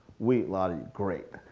wait, lot of you great,